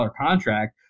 contract